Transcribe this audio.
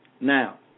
Now